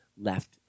left